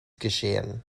geschehen